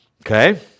Okay